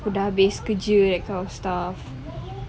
sudah habis kerja that kind of stuff